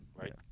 Right